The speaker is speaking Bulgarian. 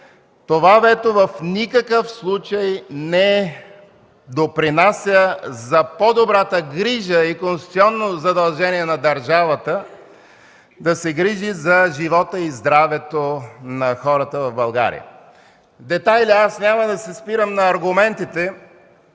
това вето в никакъв случай не допринася за по-добрата грижа и конституционно задължение на държавата да се грижи за живота и здравето на хората в България. Няма да се спирам в детайли на аргументите,